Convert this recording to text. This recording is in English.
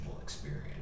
experience